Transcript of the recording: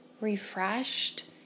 refreshed